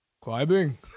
Climbing